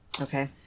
Okay